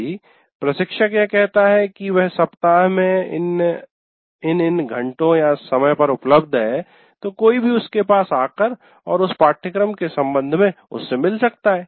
यदि प्रशिक्षक यह कहता है की वह सप्ताह में इन इन घंटो समय पर उपलब्ध है तो कोई भी उसके पास आकार और उस पाठ्यक्रम के संबंध में उससे मिल सकता है